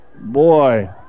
Boy